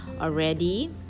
already